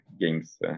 games